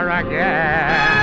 again